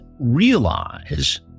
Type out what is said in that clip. Realize